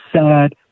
sad